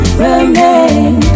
remain